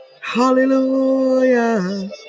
Hallelujah